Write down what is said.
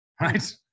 right